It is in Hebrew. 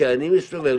כשאני מסתובב,